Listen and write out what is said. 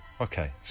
Okay